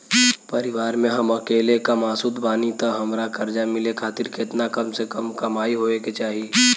परिवार में हम अकेले कमासुत बानी त हमरा कर्जा मिले खातिर केतना कम से कम कमाई होए के चाही?